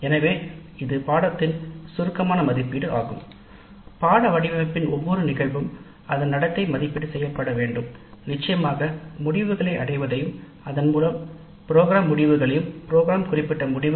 எனவே இது பாடத்திட்டத்தின் சுருக்கமான மதிப்பீடு ஆகும் வடிவமைப்பின் ஒவ்வொரு நிகழ்வும் அதன் நடத்தை கணக்கிட மதிப்பீடு செய்யப்பட வேண்டும் நிச்சயமாக முடிவுகளை அடைதல் மற்றும் அதன் மூலம் நிரல் முடிவுகள் நிறைவேற்றப்பட்டன என்பதை உறுதி செய்ய வேண்டும் முடிவுகள்